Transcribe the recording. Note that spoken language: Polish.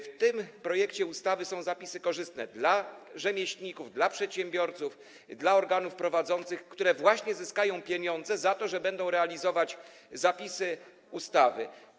W tym projekcie ustawy są zapisy korzystne dla rzemieślników, dla przedsiębiorców, dla organów prowadzących, które właśnie zyskają pieniądze za to, że będą realizować zapisy ustawy.